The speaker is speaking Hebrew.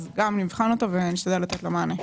נבחן אותו ונשתדל לתת לו מענה.